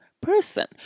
person